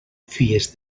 fies